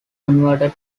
converted